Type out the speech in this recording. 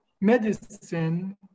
medicine